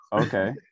okay